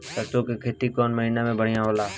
सरसों के खेती कौन महीना में बढ़िया होला?